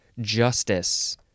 justice